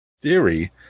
theory